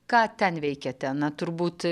ką ten veikiate na turbūt